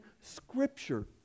Scripture